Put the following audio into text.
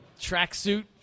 tracksuit